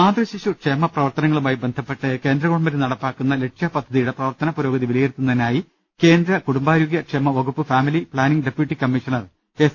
മാതൃശിശുക്ഷേമ പ്രവത്തനങ്ങളുമായി ബന്ധപ്പെട്ട് കേന്ദ്ര ഗവൺമെന്റ് നടപ്പാക്കുന്ന ലക്ഷ്യ പദ്ധതിയുടെ പ്രവർത്തന പുരോഗതി വിലയിരുത്തുന്നതിനായി കേന്ദ്ര കുടുംബാരോഗൃ ക്ഷേമ വകുപ്പ് family planning deputy commissioner S